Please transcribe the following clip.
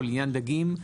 ולעניין דגים,